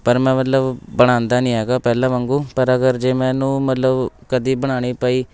ਪਰ ਮੈਂ ਮਤਲਬ ਬਣਾਉਂਦਾ ਨਹੀਂ ਹੈਗਾ ਪਹਿਲਾਂ ਵਾਂਗੂੰ ਪਰ ਅਗਰ ਜੇ ਮੈਨੂੰ ਮਤਲਬ ਕਦੇ ਬਣਾਉਣੀ ਪਈ